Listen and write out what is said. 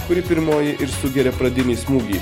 kuri pirmoji ir sugeria pradinį smūgį